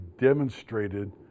demonstrated